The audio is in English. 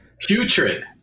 Putrid